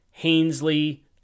Hainsley